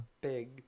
Big